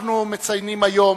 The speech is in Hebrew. אנחנו מציינים היום,